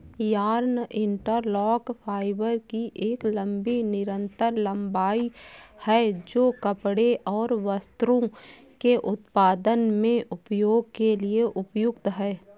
yarn interlock fibre की एक लंबी निरंतर लंबाई है, जो कपड़े और वस्त्रों के उत्पादन में उपयोग के लिए उपयुक्त है